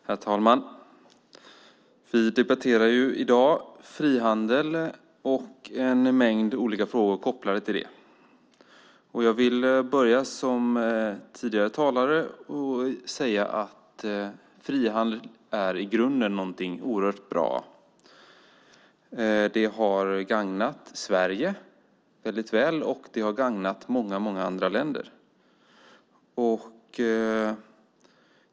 Herr talman! Vi debatterar i dag frihandel och en mängd olika frågor kopplade till den. Jag vill börja som tidigare talare och säga att frihandel är i grunden något oerhört bra. Den har gagnat Sverige väl, och den har gagnat många andra länder.